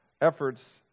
efforts